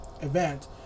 event